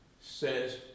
says